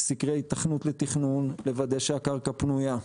סקרי היתכנות לתכנון, לוודא שהקרקע פנויה.